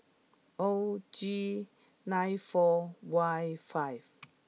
O G nine four Y five